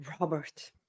Robert